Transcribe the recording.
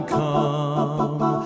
come